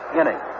inning